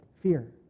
Fear